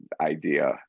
idea